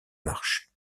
marche